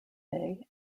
day